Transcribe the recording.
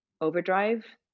overdrive